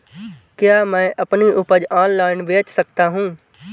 क्या मैं अपनी उपज ऑनलाइन बेच सकता हूँ?